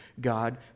God